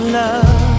love